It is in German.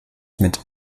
mit